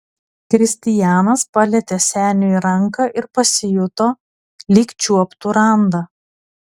kristijanas palietė seniui ranką ir pasijuto lyg čiuoptų randą